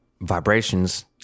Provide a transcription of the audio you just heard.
Vibrations